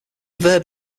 verb